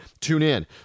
TuneIn